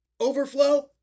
overflow